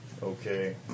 Okay